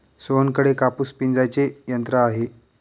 सोहनकडे कापूस पिंजायचे यंत्र आहे